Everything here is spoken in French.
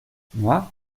moi